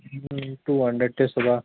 two hundred त्यसो भए